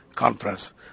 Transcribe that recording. conference